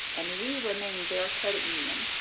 and we remain their credit union.